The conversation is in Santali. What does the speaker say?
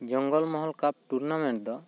ᱡᱚᱝᱜᱚᱞ ᱢᱚᱦᱚᱞ ᱠᱟᱯ ᱴᱩᱨᱱᱟᱢᱮᱱᱴ ᱫᱚ